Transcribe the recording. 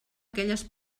aquelles